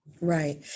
Right